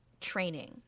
training